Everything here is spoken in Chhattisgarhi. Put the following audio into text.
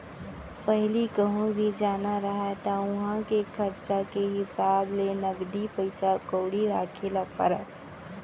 पहिली कहूँ भी जाना रहय त उहॉं के खरचा के हिसाब ले नगदी पइसा कउड़ी राखे ल परय